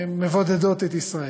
שמבודדות את ישראל.